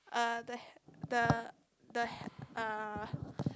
uh the h~ the h~ uh